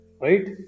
Right